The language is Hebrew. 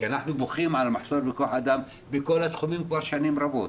כי אנחנו בוכים על מחסור בכח אדם בכל התחומים כבר שנים רבות